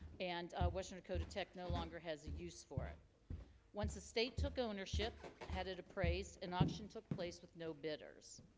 and washington co detect no longer has a use for it once the state took ownership had it appraised an auction took place with no bidders